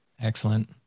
Excellent